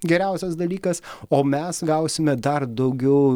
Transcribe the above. geriausias dalykas o mes gausime dar daugiau